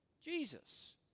Jesus